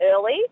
early